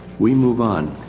we move on,